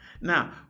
Now